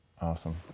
Awesome